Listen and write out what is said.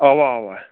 اَوا اَوا